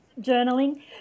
journaling